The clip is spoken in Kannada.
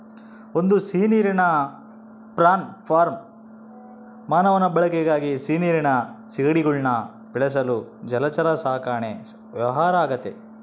ಒಂದು ಸಿಹಿನೀರಿನ ಪ್ರಾನ್ ಫಾರ್ಮ್ ಮಾನವನ ಬಳಕೆಗಾಗಿ ಸಿಹಿನೀರಿನ ಸೀಗಡಿಗುಳ್ನ ಬೆಳೆಸಲು ಜಲಚರ ಸಾಕಣೆ ವ್ಯವಹಾರ ಆಗೆತೆ